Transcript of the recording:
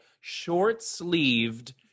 short-sleeved